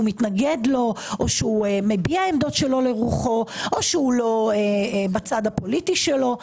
מתנגד לו או שהוא מביע עמדות שלא לרוחו או הוא לא בצד הפוליטי שלו.